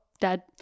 dad